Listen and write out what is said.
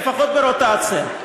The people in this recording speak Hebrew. לפחות ברוטציה.